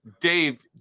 Dave